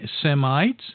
Semites